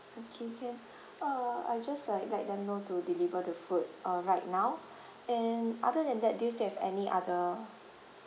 okay can uh I just like let them know to deliver the food uh right now and other than that do you still have any other